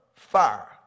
fire